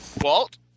Walt